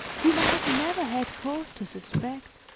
whom i had never had cause to suspect.